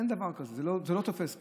אין דבר כזה, זה לא תופס פה.